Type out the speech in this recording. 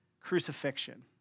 crucifixion